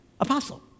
apostle